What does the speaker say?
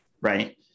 right